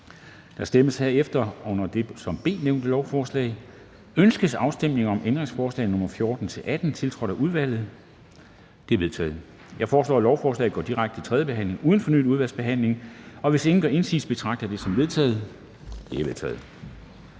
Afstemning Formanden (Henrik Dam Kristensen): Ønskes afstemning om ændringsforslag nr. 1, tiltrådt af udvalget? Det er vedtaget. Jeg foreslår, at lovforslaget går direkte til tredje behandling uden fornyet udvalgsbehandling. Hvis ingen gør indsigelse, betragter jeg det som vedtaget. Det er vedtaget.